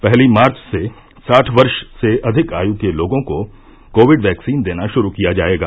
पहली मार्च से साठ वर्ष से अविक आयु के लोगों को कोविड वैक्सीन देना शुरू किया जायेगा